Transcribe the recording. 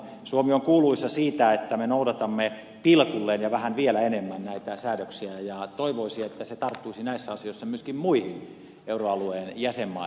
suomi on kuuluisa siitä että me noudatamme pilkulleen ja vähän vielä enemmän näitä säädöksiä ja toivoisi että se tarttuisi näissä asioissa myöskin muihin euroalueen jäsenmaihin